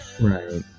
Right